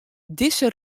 dizze